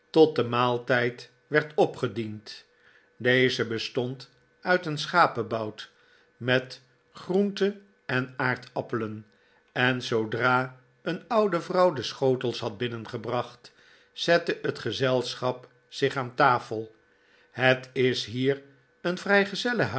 tot de maaltijd werd opgediend deze bestotid uit een schapebout met groente en aardappelen en zoodra een oude vrouw de schotels had binnengebracht zette net gezelschap zich aan tafel het is hier een